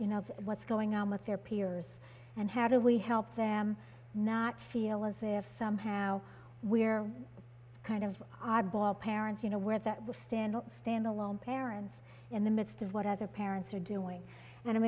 you know what's going on with their peers and how do we help them not feel as if somehow we're kind of oddball parents you know where that will stand out stand alone parents in the midst of what other parents are doing and i